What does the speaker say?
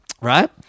Right